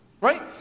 Right